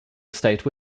estate